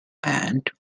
and